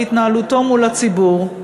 בהתנהלותו מול הציבור.